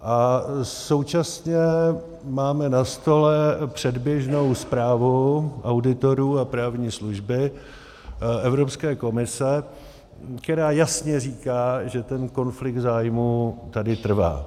A současně máme na stole předběžnou zprávu auditorů a právní služby Evropské komise, která jasně říká, že ten konflikt zájmů tady trvá.